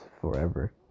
forever